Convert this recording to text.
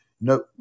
No